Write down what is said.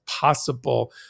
possible